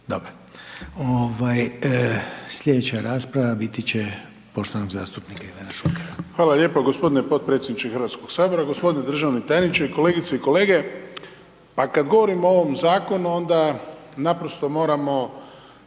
Dobro. Sljedeća rasprava biti će poštovanog zastupnika Ivana Šukera. **Šuker, Ivan (HDZ)** Hvala lijepa gospodine potpredsjedniče Hrvatskoga sabora, gospodine državni tajniče, kolegice i kolege. Pa kada govorimo o ovom zakonu onda naprosto moramo